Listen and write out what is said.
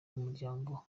umuryango